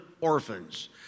orphans